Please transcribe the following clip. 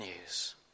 news